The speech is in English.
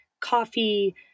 coffee